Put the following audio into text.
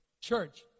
Church